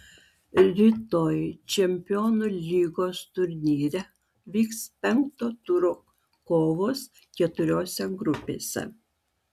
rytoj čempionų lygos turnyre vyks penkto turo kovos keturiose grupėse